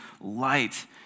light